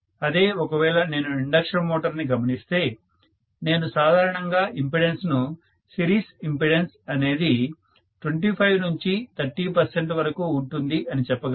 అదే ఒకవేళ నేను ఇండక్షన్ మోటార్ ని గమనిస్తే నేను సాధారణంగా ఇంపెడెన్స్ ను సీరీస్ ఇంపెడన్స్ అనేది 25 నుంచి 30 పర్సెంట్ వరకు ఉంటుంది అని చెప్పగలను